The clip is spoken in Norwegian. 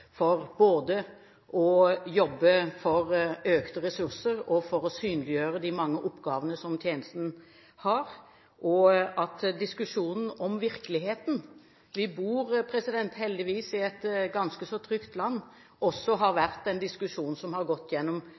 for både å jobbe for økte ressurser og for å synliggjøre de mange oppgavene som tjenesten har. Diskusjonen om virkeligheten – vi bor heldigvis i et ganske så trygt land – har vært en diskusjon som har gått